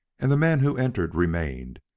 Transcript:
and the men who entered remained,